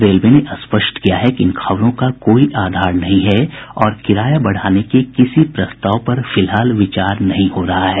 railway ने स्पष्ट किया कि इन खबरों का कोई आधार नहीं है और किराया बढाने के किसी प्रस्ताव पर फिलहाल विचार नहीं हो रहा है